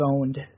owned